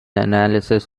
analysis